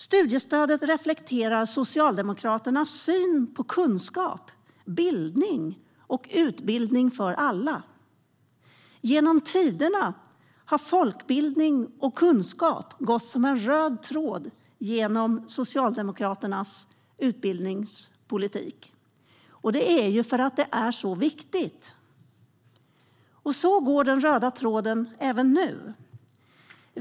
Studiestödet reflekterar Socialdemokraternas syn på kunskap, bildning och utbildning för alla. Genom tiderna har folkbildning och kunskap gått som en röd tråd genom Socialdemokraternas utbildningspolitik, eftersom det är så viktigt. Så går den röda tråden även nu.